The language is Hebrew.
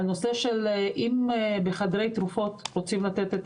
הנושא של אם בחדרי תרופות רוצים לתת את